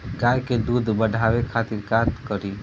गाय के दूध बढ़ावे खातिर का करी?